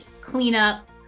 cleanup